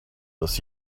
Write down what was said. this